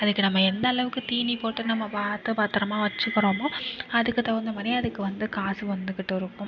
அதுக்கு நம்ம எந்தளவுக்கு தீனி போட்டு நம்ம ஆட்டை பத்திரமா வச்சுக்கறோமோ அதுக்கு தகுந்த மாதிரி அதுக்கு வந்து காசு வந்துகிட்டு இருக்கும்